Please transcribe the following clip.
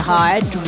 Heart